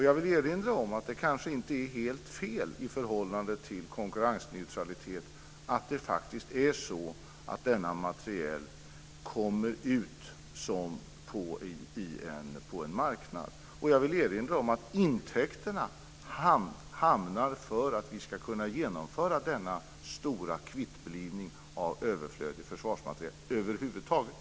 Jag vill erinra om att det kanske inte är helt fel i förhållande till konkurrensneutralitet att denna materiel faktiskt kommer ut på en marknad. Intäkterna används till att över huvud taget genomföra denna stora kvittblivning av överflödig försvarsmateriel.